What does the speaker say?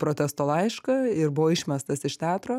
protesto laišką ir buvo išmestas iš teatro